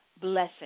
blessing